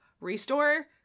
restore